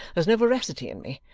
there's no veracity in me.